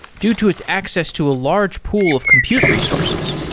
due to its access to a large pool of compute resources.